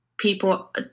people